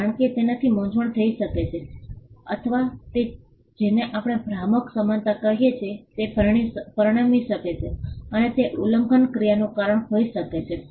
કારણ કે તેનાથી મૂંઝવણ થઈ શકે છે અથવા તે જેને આપણે ભ્રામક સમાનતા કહીએ છીએ તે પરિણમી શકે છે અને તે ઉલ્લંઘન ક્રિયાનું કારણ હોઈ શકે છે